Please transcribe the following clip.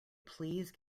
please